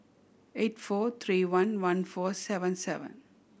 eight four three one one four seven seven